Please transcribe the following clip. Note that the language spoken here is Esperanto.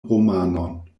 romanon